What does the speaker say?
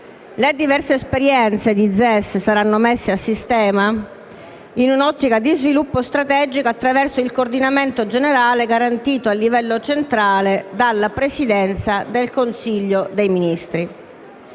Le diverse esperienze di ZES saranno messe a sistema, in un'ottica di sviluppo strategico, attraverso il coordinamento generale garantito a livello centrale dalla Presidenza del Consiglio dei ministri.